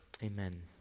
Amen